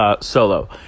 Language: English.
Solo